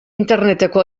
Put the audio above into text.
interneteko